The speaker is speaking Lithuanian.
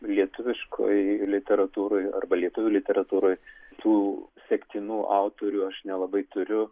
lietuviškoj literatūroj arba lietuvių literatūroj tų sektinų autorių aš nelabai turiu